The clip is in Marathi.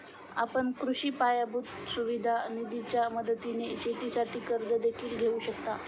आपण कृषी पायाभूत सुविधा निधीच्या मदतीने शेतीसाठी कर्ज देखील घेऊ शकता